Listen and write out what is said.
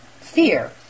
fear